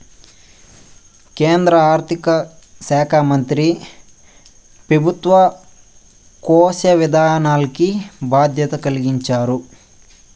కేంద్ర ఆర్థిక శాకా మంత్రి పెబుత్వ కోశ విధానాల్కి బాధ్యత కలిగించారు